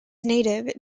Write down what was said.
native